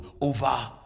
over